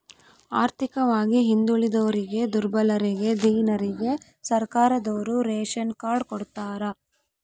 ಆರ್ಥಿಕವಾಗಿ ಹಿಂದುಳಿದೋರಿಗೆ ದುರ್ಬಲರಿಗೆ ದೀನರಿಗೆ ಸರ್ಕಾರದೋರು ರೇಶನ್ ಕಾರ್ಡ್ ಕೊಡ್ತಾರ